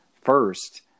first